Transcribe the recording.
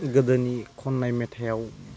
गोदोनि खन्नाय मेथाइआव